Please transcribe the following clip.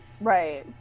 Right